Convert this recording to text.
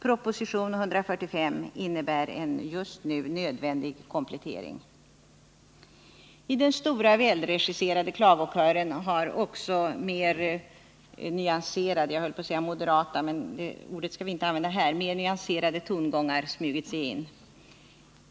Proposition 145 innebär en just nu nödvändig komplettering. I den stora välregisserade klagokören har mer nyanserade tongångar smugit sig in.